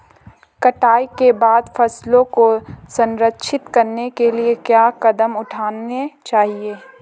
कटाई के बाद फसलों को संरक्षित करने के लिए क्या कदम उठाने चाहिए?